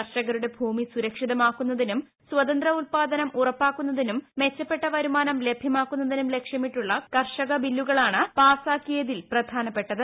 കർഷകരുടെ ഭൂമി സുരക്ഷിതമാക്കുന്നതിനും സ്വതന്ത്ര ഉൽപാദനം ഉറപ്പാക്കുന്നതിനും മെച്ചപ്പെട്ട വരുമാനം ലഭ്യമാക്കുന്നതും ലക്ഷ്യമിട്ടുള്ള കർഷക ബില്ലുകളാണ് പാസാക്കിയതിൽ പ്രധാനപ്പെട്ടത്